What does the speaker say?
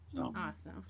Awesome